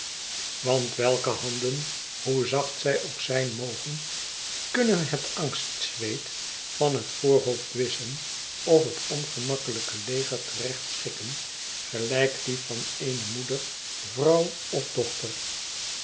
want welke handen hoe zacht zij ook zijn mogen kunnen het angstzweet van het voorhoofd wisschen of het ongemakkelijke leger terecht schikken gelijk die van eene moeder vrouw of dochter